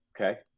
okay